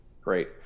Great